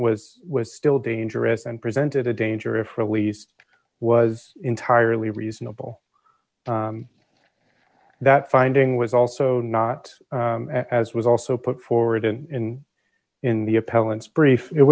was was still dangerous and presented a danger if released was entirely reasonable that finding was also not as was also put forward in in the